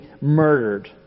murdered